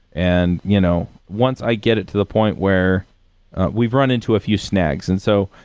and you know once i get it to the point where we've run into a few snags. and so,